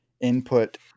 input